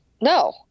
No